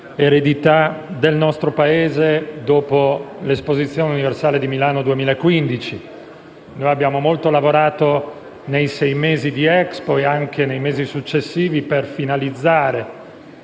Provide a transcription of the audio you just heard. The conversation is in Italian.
eredità del nostro Paese dopo l'Esposizione universale di Milano 2015. Abbiamo molto lavorato nei sei mesi di Expo e anche nei mesi successivi per finalizzare,